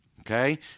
Okay